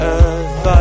earth